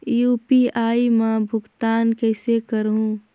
UPI मा भुगतान कइसे करहूं?